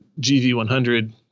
GV100